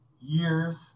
years